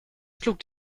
schlug